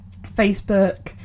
Facebook